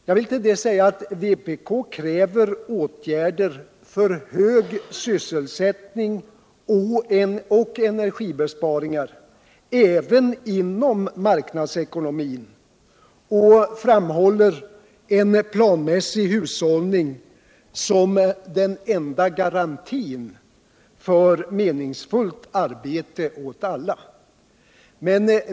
Jag vill med anledning av det säga att vpk kräver åtgärder för hög sysselsättning och energibesparingar — även inom marknadsekonomin. Vi framhåller dock en planmiässig hushållning som den enda garantin för meningsfullt arbete åt alla.